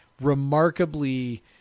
remarkably